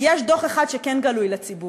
יש דוח אחד שכן גלוי לציבור,